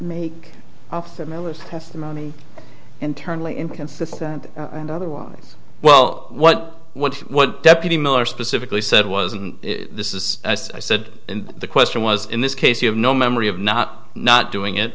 testimony internally inconsistent and otherwise well what what what deputy miller specifically said was and this is as i said in the question was in this case you have no memory of not not doing it